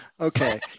Okay